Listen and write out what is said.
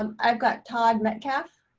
i've got todd metcalf.